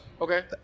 Okay